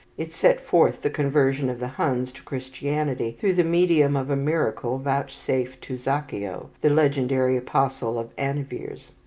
it set forth the conversion of the huns to christianity through the medium of a miracle vouchsafed to zacheo, the legendary apostle of anniviers.